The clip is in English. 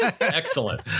Excellent